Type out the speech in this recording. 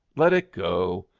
let it go,